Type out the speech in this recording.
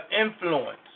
influence